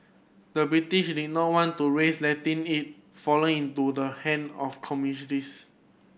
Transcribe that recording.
the British did not want to risk letting it fall into the hand of